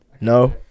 No